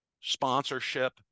sponsorship